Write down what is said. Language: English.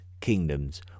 kingdoms